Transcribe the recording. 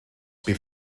bydd